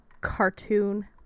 cartoon